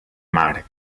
mar